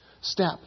step